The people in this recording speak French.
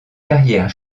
carrière